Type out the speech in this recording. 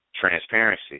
transparency